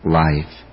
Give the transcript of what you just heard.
life